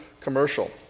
commercial